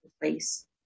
place